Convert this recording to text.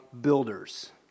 builders